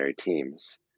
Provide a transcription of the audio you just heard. teams